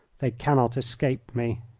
they cannot escape me.